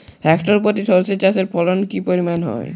Hectare প্রতি সর্ষে চাষের ফলন কি পরিমাণ হয়?